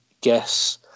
guess